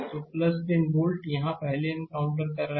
तो 10 वोल्ट यह पहले एनकाउंटर कर रहा है